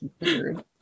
weird